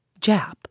Jap